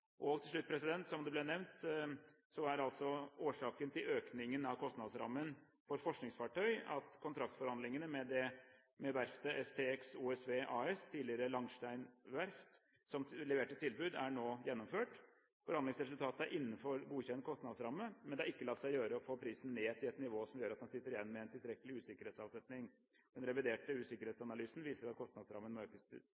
Til slutt, som det ble nevnt, er altså årsaken til økningen av kostnadsrammen for forskningsfartøy at kontraktsforhandlingene med verftet STX OSV AS, tidligere Langsten Verft, som leverte tilbud, nå er gjennomført. Forhandlingsresultatet er innenfor godkjent kostnadsramme, men det har ikke latt seg gjøre å få prisen ned til et nivå som gjør at man sitter igjen med en tilstrekkelig usikkerhetsavsetning. Den reviderte